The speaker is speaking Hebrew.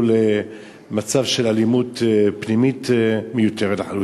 למצב של אלימות פנימית מיותרת לחלוטין.